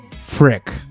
frick